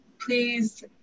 please